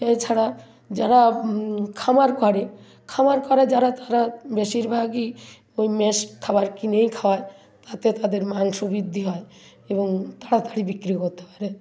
এছাড়া যারা খামার করে খামার করে যারা তারা বেশিরভাগই ওই ম্যাশ খাবার কিনেই খাওয়ায় তাতে তাদের মাংস বৃদ্ধি হয় এবং তাড়াতাড়ি বিক্রিও করতে পারে